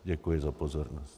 Děkuji za pozornost.